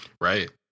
Right